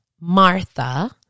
Martha